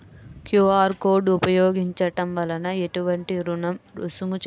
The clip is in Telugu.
క్యూ.అర్ కోడ్ ఉపయోగించటం వలన ఏటువంటి రుసుం చెల్లించవలసి ఉంటుంది?